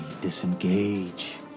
disengage